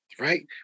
right